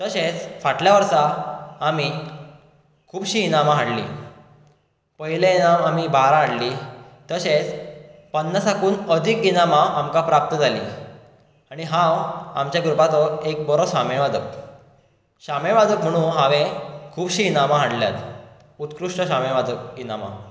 तशेंच फाटले वर्सा आमीं खूबशीं इनामां हाडलीं पयलें इनाम आमी बारा हाडलीं तशेंच पन्नासाकून अधीक इनामां आमकां प्राप्त जालीं आनी हांव आमच्या ग्रुपाचो एक बरो शामेळ वादक शामेळ वादक म्हुणू हांवें खुबशीं इनामां हाडल्यांत उत्कृश्ट शामेळ वादक इनामां